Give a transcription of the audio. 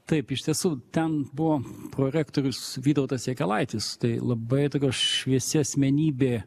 taip iš tiesų ten buvo prorektorius vytautas jakelaitis tai labai šviesi asmenybė